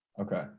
Okay